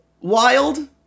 wild